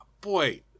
Boy